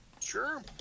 Sure